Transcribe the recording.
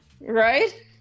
Right